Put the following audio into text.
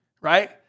Right